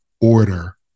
Order